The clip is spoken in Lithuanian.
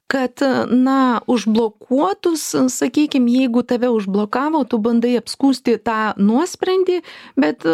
kad na užblokuotus sakykim jeigu tave užblokavo tu bandai apskųsti tą nuosprendį bet